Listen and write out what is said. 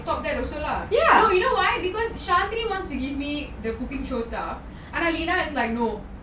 stop that also lah no you know why because shanti wants to give me the cooking show stuff and alina was like no